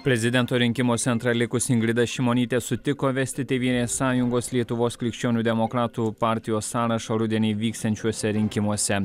prezidento rinkimuose antra likusi ingrida šimonytė sutiko vesti tėvynės sąjungos lietuvos krikščionių demokratų partijos sąrašo rudenį vyksiančiuose rinkimuose